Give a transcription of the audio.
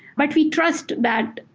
but we trust that,